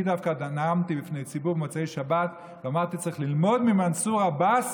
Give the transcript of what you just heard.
אני דווקא נאמתי בפני ציבור במוצאי שבת ואמרתי שצריך ללמוד ממנסור עבאס